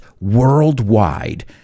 worldwide